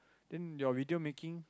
then your retail making